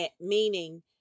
meaning